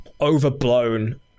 overblown